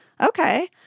Okay